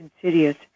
insidious